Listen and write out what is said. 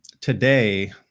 today